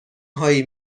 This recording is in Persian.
هایی